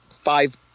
five